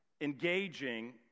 engaging